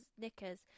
knickers